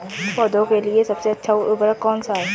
पौधों के लिए सबसे अच्छा उर्वरक कौनसा हैं?